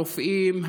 הרופאים,